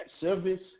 service